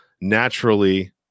naturally